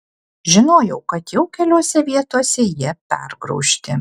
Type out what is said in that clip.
žinojau kad jau keliose vietose jie pergraužti